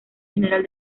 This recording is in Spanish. general